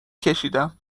کشیدم